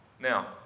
now